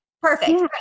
perfect